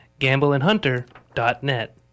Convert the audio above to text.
gambleandhunter.net